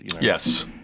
Yes